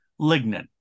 lignin